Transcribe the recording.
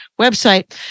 website